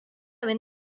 ben